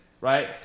right